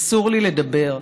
אסור לי לדבר.